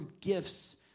gifts